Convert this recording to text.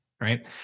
right